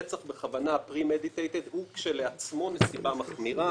רצח בכוונה הוא כשלעצמו מהווה נסיבה מחמירה.